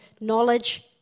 knowledge